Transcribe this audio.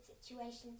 situations